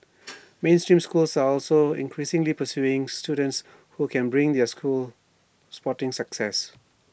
mainstream schools are also increasingly pursuing students who can bring their schools sporting success